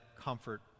comfort